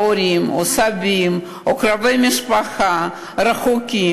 הורים או סבים או קרובי משפחה רחוקים.